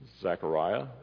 Zechariah